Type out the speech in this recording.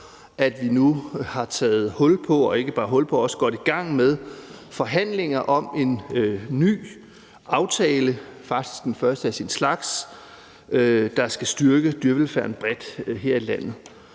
at vi nu ikke bare har taget hul på, men også er godt i gang med forhandlinger om en ny aftale. Det er faktisk den første af sin slags. Den skal styrke dyrevelfærden bredt her i landet.